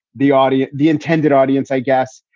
the audience, the intended audience, i guess,